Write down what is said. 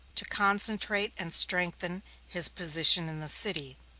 to concentrate and strengthen his position in the city,